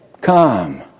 come